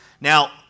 Now